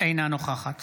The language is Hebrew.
אינה נוכחת